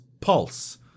pulse